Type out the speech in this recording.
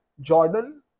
Jordan